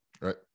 right